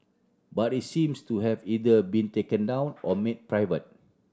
but it seems to have either been taken down or made private